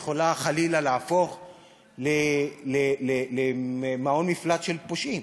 יכולה חלילה להפוך למעון מפלט של פושעים